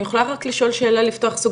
אני יכולה רק לשאול שאלה בסוגריים?